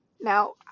Now